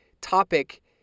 topic